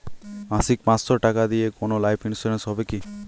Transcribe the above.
মাসিক পাঁচশো টাকা দিয়ে কোনো লাইফ ইন্সুরেন্স হবে কি?